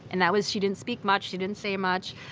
and that was she didn't speak much, she didn't say much.